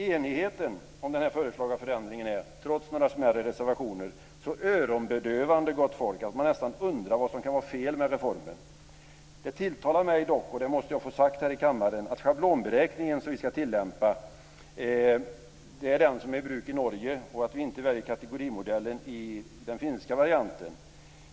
Enigheten om den föreslagna förändringen är, trots några smärre reservationer, så öronbedövande, gott folk, att man nästan undrar vad som kan vara fel med reformen. Det tilltalar mig dock, och det måste jag få sagt här i kammaren, att den schablonberäkning som vi ska tillämpa är den som är i bruk i Norge och att vi inte väljer kategorimodellen enligt den finska varianten.